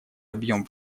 объем